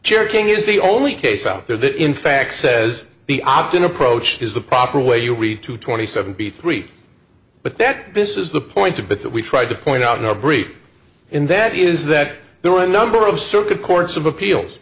jerking is the only case out there that in fact says the opt in approach is the proper way you read to twenty seven b three but that this is the point of it that we tried to point out in our brief in that is that there were a number of circuit courts of appeals